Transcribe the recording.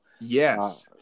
Yes